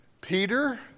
Peter